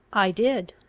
i did,